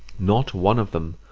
not one of them,